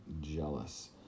jealous